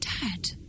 Dad